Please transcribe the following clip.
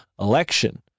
election